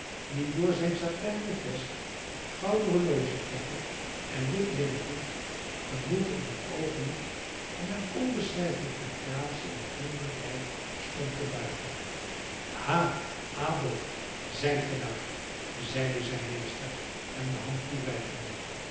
die door zijn satijnen vest gouden horlogeketting en wit linnengoed genoeg in het oog liep en met onbeschrijfelijke gratie en vriendelijkheid stond te buigen ha adolf zijt gij daar zeide zijn meester hem de hand toereikende